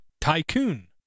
Tycoon